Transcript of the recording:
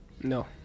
No